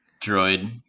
droid